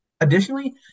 Additionally